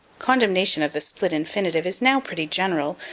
condemnation of the split infinitive is now pretty general,